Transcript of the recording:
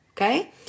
Okay